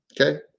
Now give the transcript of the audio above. Okay